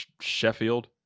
Sheffield